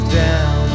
down